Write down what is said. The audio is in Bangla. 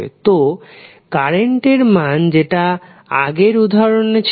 তো কারেন্ট এর মান যেটা আগের উদাহরণে ছিল 5cos 60πt